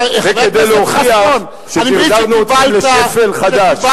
זה כדי להוכיח שדרדרנו אתכם לשפל חדש.